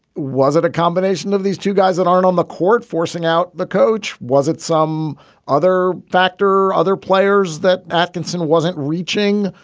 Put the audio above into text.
was it a combination of these two guys that aren't on the court forcing out the coach? was it some other factor, other players that atkinson wasn't reaching,